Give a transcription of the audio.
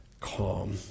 calm